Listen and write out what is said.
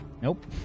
Nope